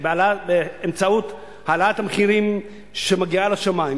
באמצעות העלאת המחירים שמגיעים לשמים.